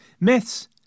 myths